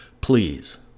Please